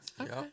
okay